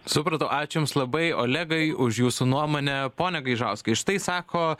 supratau ačiū jums labai olegai už jūsų nuomonę pone gaižauskai štai sako